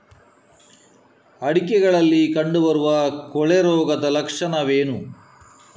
ಅಡಿಕೆಗಳಲ್ಲಿ ಕಂಡುಬರುವ ಕೊಳೆ ರೋಗದ ಲಕ್ಷಣವೇನು?